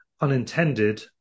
unintended